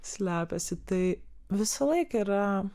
slepiasi tai visą laiką yra